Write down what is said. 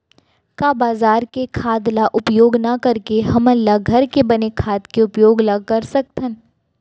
का बजार के खाद ला उपयोग न करके हमन ल घर के बने खाद के उपयोग ल कर सकथन?